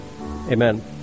Amen